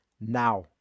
now